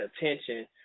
attention